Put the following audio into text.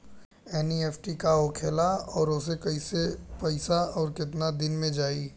NEFT का होखेला और ओसे पैसा कैसे आउर केतना दिन मे जायी?